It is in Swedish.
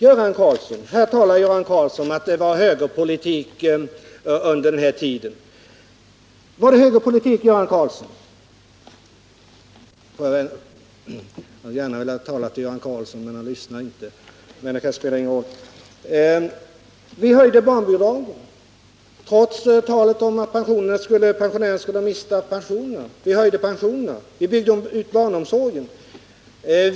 Här säger Göran Karlsson att det fördes högerpolitik under denna tid. — Jag hade gärna velat vända mig till Göran Karlsson. Han lyssnar emellertid inte, men det spelar kanske inte någon roll. — Vi höjde barnbidragen. Trots talet om att pensionärerna skulle mista sina pensioner höjde vi dessa. Vi byggde ut barnomsorgen.